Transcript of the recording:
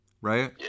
right